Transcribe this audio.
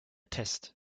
test